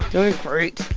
doing great.